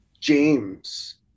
James